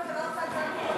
זה אפילו לא, ?